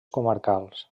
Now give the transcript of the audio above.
comarcals